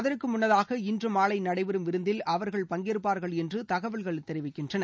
அதற்கு முன்னதாக இன்று மாலை நடைபெறும் விருந்தில் அவர்கள் பங்கேற்பார்கள் என்று தகவல்கள் தெரிவிக்கின்றன